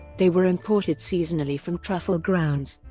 they were imported seasonally from truffle grounds,